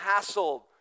hassled